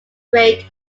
great